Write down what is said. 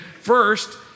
first